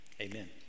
amen